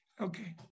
Okay